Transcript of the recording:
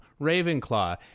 Ravenclaw